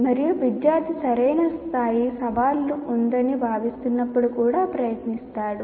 మరియు విద్యార్థి సరైన స్థాయి సవాలు ఉందని భావిస్తున్నప్పుడు కుడా ప్రయత్నిస్తాడు